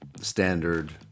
standard